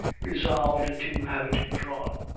resolved to have it drawn.